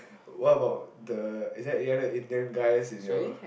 what about the is there any other Indians guys in your